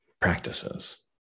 practices